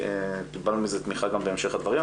וקיבלנו לזה תמיכה גם בהמשך הדברים.